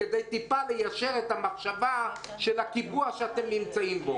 כדי קצת ליישר את המחשבה של הקיבוע שאתם נמצאים בו.